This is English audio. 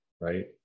right